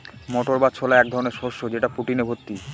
মটর বা ছোলা এক ধরনের শস্য যেটা প্রোটিনে ভর্তি